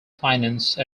finance